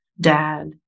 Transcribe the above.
dad